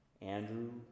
Andrew